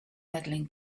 medaling